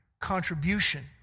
contribution